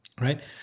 right